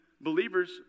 believers